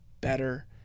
better